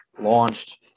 launched